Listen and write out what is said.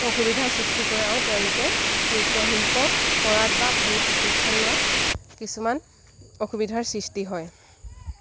অসুবিধাৰ সৃষ্টি কৰে আৰু তেওঁলোকে নৃত্যশিল্প কৰাত বা সেই প্ৰশিক্ষণ লোৱাত কিছুমান অসুবিধাৰ সৃষ্টি হয়